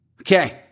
Okay